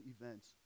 events